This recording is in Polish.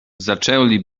zaczęli